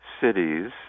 cities